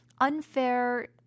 unfair